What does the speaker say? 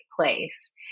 place